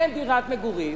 אין דירת מגורים,